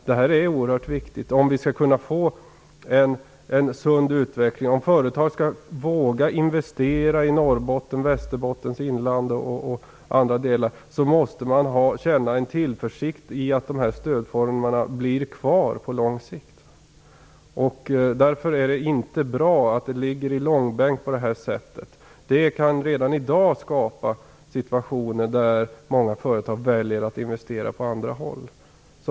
Det är oerhört viktigt om vi skall kunna få en sund utveckling och om företag över huvud taget skall våga investera i Norrbotten, Västerbottens inland och i andra delar. Då måste man känna en tillförsikt om att dessa stödformer blir kvar på lång sikt. Det är därför inte bra att frågan dras i långbänk på det här sättet. Det kan redan i dag skapa situationer där många företag väljer att investera på andra håll.